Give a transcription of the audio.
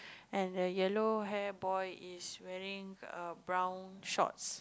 and the yellow hair boy is wearing a brown shorts